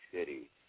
City